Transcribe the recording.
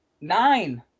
Nine